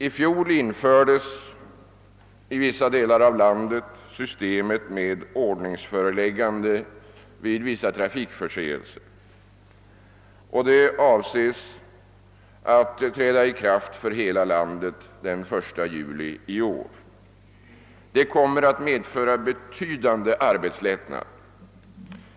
I fjol infördes i vissa delar av landet systemet med ordningsföreläggande vid vissa trafikförseelser, vilket avses träda i kraft för hela landet den 1 juli i år. Detta system kommer att medföra en betydande arbetslättnad.